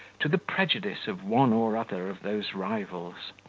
to the prejudice of one or other of those rivals.